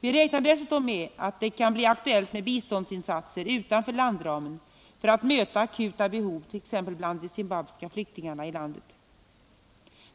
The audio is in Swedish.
Vi räknar dessutom med att det kan bli aktuellt med biståndsinsatser utanför landramen för att möta akuta behov, t.ex. bland de zimbabwiska flyktingarna i landet.